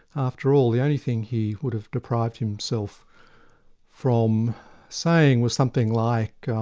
after all, the only thing he would have deprived himself from saying was something like,